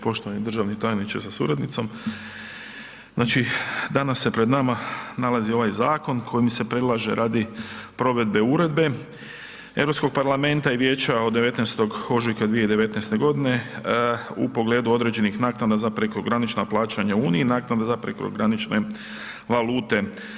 Poštovani državni tajniče sa suradnicom, znači danas se pred nama nalazi ovaj zakon kojim se predlaže radi provedbe Uredbe Europskog parlamenta i vijeća od 19. ožujka 2019. u pogledu određenih naknada za prekogranična plaćanja u uniji i naknada za prekogranične valute.